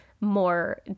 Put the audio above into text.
more